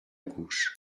gauche